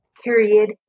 Period